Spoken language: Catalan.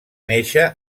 néixer